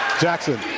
Jackson